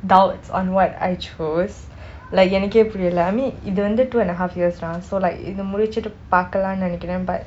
doubts on what I chose like எனக்கே புரியலே:enakkei puriyalei I mean இது வந்து:ithu vanthu two and a half years so like இது முடிச்சிட்டு பார்க்கலாம்:ithu mudichuthu paarkalam but